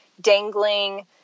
dangling